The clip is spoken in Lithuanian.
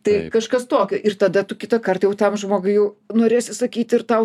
tai kažkas tokio ir tada tu kitąkart jau tam žmogui jau norėsi sakyt ir tau